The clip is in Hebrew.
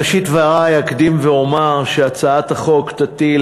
בראשית דברי אומר שהצעת החוק תטיל,